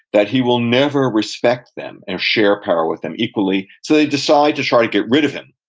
that he will never respect them or share power with them equally, so they decide to try to get rid of him.